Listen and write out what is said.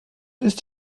ist